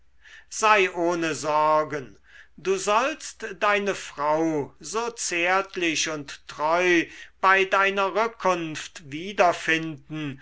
sei ohne sorgen du sollst deine frau so zärtlich und treu bei deiner rückkunft wiederfinden